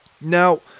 Now